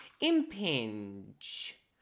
impinge